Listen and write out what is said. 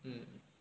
mm